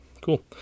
Cool